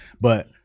but-